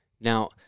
Now